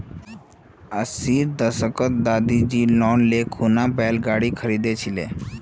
अस्सीर दशकत दादीजी लोन ले खूना बैल गाड़ी खरीदिल छिले